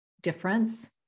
difference